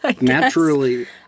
Naturally